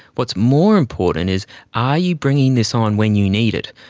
what's more important is are you bringing this on when you need it?